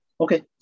Okay